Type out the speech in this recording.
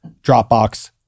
Dropbox